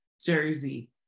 Jersey